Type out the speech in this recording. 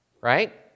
right